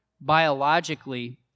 Biologically